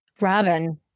Robin